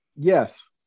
Yes